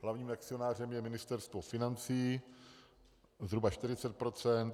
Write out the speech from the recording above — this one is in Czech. Hlavním akcionářem je Ministerstvo financí zhruba 40 %.